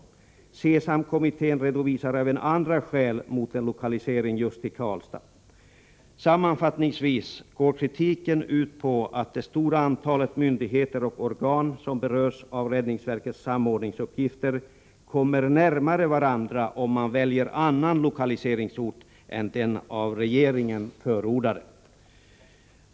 CESAM-kommittén redovisar även andra skäl mot en Skalstugevägen lokalisering till just Karlstad. mellan Järntland Sammanfattningsvis går kritiken ut på att det stora antalet myndigheter och Tröndelag och organ som berörs av räddningsverkets samordningsuppgifter kommer närmare varandra om man väljer annan lokaliseringsort än den av regeringen förordade.